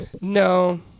No